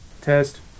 Test